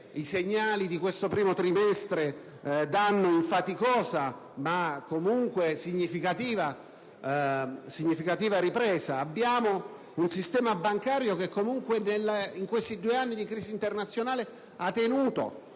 i segnali di questo primo trimestre danno in faticosa ma comunque significativa ripresa. Abbiamo un sistema bancario che comunque, in questi due anni di crisi internazionale, ha tenuto